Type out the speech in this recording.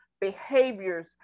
behaviors